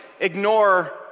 ignore